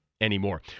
anymore